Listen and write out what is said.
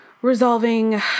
resolving